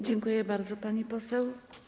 Dziękuję bardzo, pani poseł.